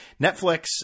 Netflix